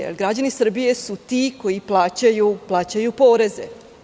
Jer, građani Srbije su ti koji plaćaju poreze.